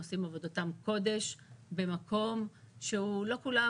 עושים עבודתם קודש במקום שלא כולם